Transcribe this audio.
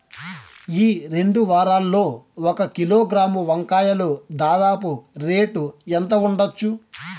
ఈ రెండు వారాల్లో ఒక కిలోగ్రాము వంకాయలు దాదాపు రేటు ఎంత ఉండచ్చు?